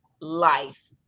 life